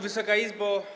Wysoka Izbo!